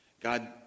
God